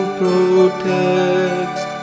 protects